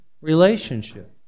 relationship